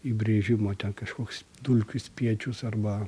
įbrėžimo ten kažkoks dulkių spiečius arba